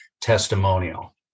testimonial